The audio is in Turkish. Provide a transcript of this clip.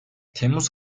temmuz